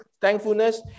thankfulness